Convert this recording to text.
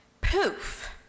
Poof